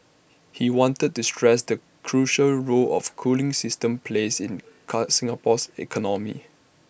he wanted to stress the crucial role of cooling system plays in car Singapore's economy